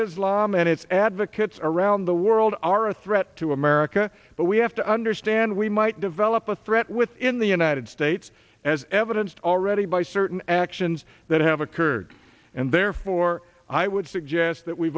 islam and its advocates around the world are a threat to america but we have to understand we might develop a threat within the united states as evidence already by certain actions that have occurred and therefore i would suggest that we